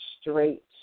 straight